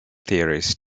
theories